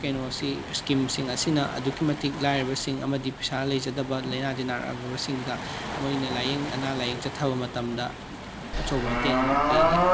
ꯀꯩꯅꯣꯁꯤ ꯏꯁꯀꯤꯝꯁꯤꯡ ꯑꯁꯤꯅ ꯑꯗꯨꯛꯀꯤ ꯃꯇꯤꯛ ꯂꯥꯏꯔꯕꯁꯤꯡ ꯑꯃꯗꯤ ꯄꯩꯁꯥ ꯂꯩꯖꯗꯕ ꯂꯩꯅꯥꯗꯤ ꯅꯥꯔꯛꯑꯕꯁꯤꯡꯗ ꯃꯣꯏꯅ ꯂꯥꯏꯌꯦꯡ ꯑꯅꯥ ꯂꯥꯏꯌꯦꯡ ꯆꯠꯊꯕ ꯃꯇꯝꯗ ꯑꯆꯧꯕ ꯃꯇꯦꯡ ꯑꯃ ꯑꯣꯏꯔꯤ